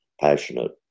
passionate